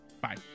Bye